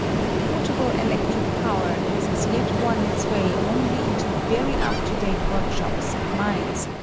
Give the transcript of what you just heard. that portable electric power has as yet won its way only into very up-to-date workshops and mines,